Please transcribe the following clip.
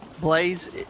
Blaze